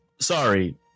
Sorry